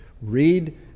Read